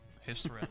History